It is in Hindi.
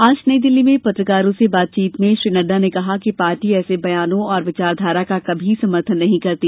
आज नई दिल्ली में पत्रकारों से बातचीत में श्री नड्डा ने कहा कि पार्टी एसे बयानों और विचारधारा का कभी समर्थन नहीं करती